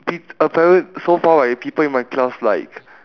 peop~ apparently so far right people in my class like